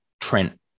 Trent